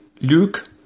Luke